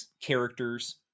characters